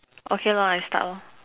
okay lor I start lor